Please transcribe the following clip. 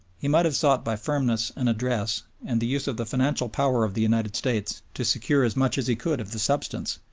he might have sought by firmness and address and the use of the financial power of the united states to secure as much as he could of the substance,